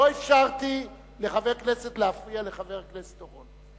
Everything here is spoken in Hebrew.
לא אפשרתי לחבר כנסת להפריע לחבר הכנסת אורון.